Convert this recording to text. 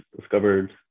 discovered